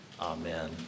amen